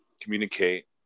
communicate